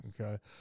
Okay